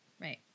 Right